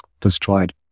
destroyed